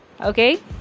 okay